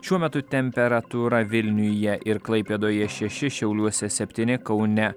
šiuo metu temperatūra vilniuje ir klaipėdoje šeši šiauliuose septyni kaune